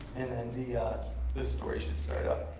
and then the the story should start up.